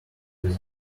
gaze